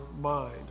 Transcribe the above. mind